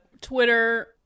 Twitter